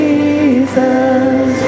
Jesus